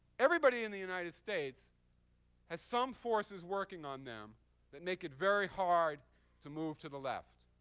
everybody in the united states has some forces working on them that make it very hard to move to the left.